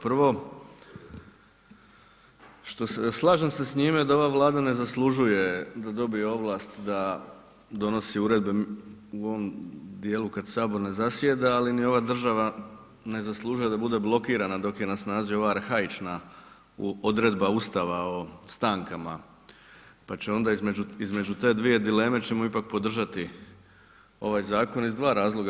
Prvo, što se, slažem se s njime da ova Vlada ne zaslužuje da dobije ovlast da donosi uredbe u ovom dijelu kad sabor ne zasjeda ali ni ova država ne zaslužuje da bude blokirana dok je na snazi ova arhaična odredba ustava o stankama, pa će onda između, između te dvije dileme ćemo ipak podržati ovaj zakon iz dva razloga.